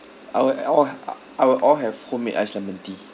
I will uh all ha~ I will all have homemade ice lemon tea